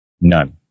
None